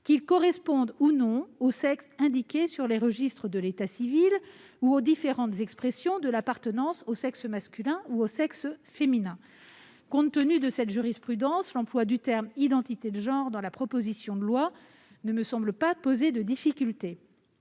qu'il corresponde ou non au sexe indiqué sur les registres de l'état civil ou aux différentes expressions de l'appartenance au sexe masculin ou au sexe féminin. Compte tenu de cette jurisprudence, l'emploi des termes « identité de genre » dans la proposition de loi ne me semble pas poser de difficulté.